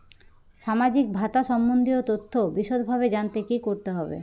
সামাজিক ভাতা সম্বন্ধীয় তথ্য বিষদভাবে জানতে কী করতে হবে?